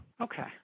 Okay